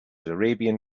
arabian